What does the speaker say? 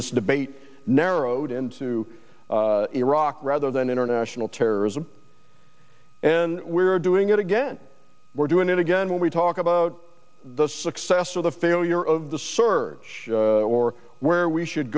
this debate narrowed into iraq rather than international terrorism and we're doing it again we're doing it again when we talk about the success or the failure of the surge or where we should